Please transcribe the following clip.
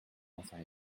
enfin